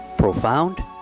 Profound